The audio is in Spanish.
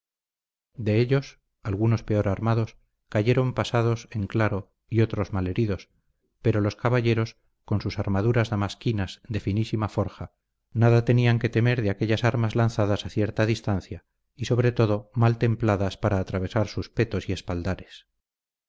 de ellos algunos peor armados cayeron pasados en claro y otros malheridos pero los caballeros con sus armaduras damasquinas de finísima forja nada tenían que temer de aquellas armas lanzadas a cierta distancia y sobre todo mal templadas para atravesar sus petos y espaldares